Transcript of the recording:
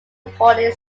recording